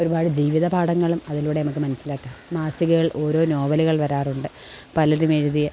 ഒരുപാട് ജീവിത പാഠങ്ങളും അതിലൂടെ നമുക്ക് മനസിലാക്കാം മാസികകൾ ഓരോ നോവലുകൾ വരാറുണ്ട് പലരും എഴുതിയ